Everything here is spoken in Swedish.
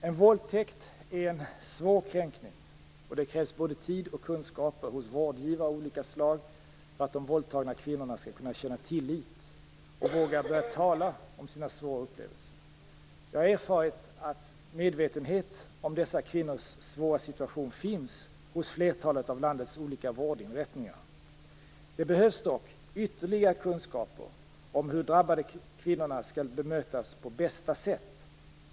En våldtäkt är en svår kränkning, och det krävs både tid och kunskaper hos vårdgivare av olika slag för att de våldtagna kvinnorna skall kunna känna tillit och våga börja tala om sina svåra upplevelser. Jag har erfarit att medvetenhet om dessa kvinnors svåra situation finns hos flertalet av landets olika vårdinrättningar. Det behövs dock ytterligare kunskaper om hur de drabbade kvinnorna skall bemötas på bästa sätt.